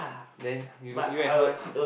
then you you and her eh